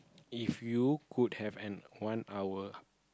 if you could have an one hour